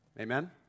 amen